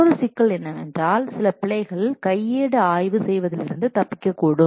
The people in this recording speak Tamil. மற்றொரு சிக்கல் என்னவென்றால் சில பிழைகள் கையேடு ஆய்வு செய்வதிலிருந்து தப்பிக்கக்கூடும்